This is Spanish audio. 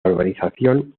urbanización